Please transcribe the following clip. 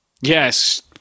yes